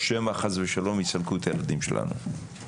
שמא חס ושלום יסלקו את הילדים שלנו.